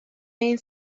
این